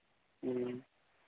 ह्म्म